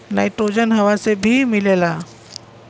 nitrogen हवा से भी मिलेला